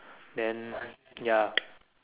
then ya